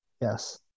Yes